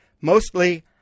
Mostly